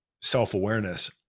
self-awareness